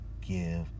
give